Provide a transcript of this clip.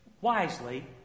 wisely